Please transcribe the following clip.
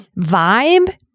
vibe